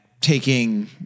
taking